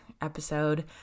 episode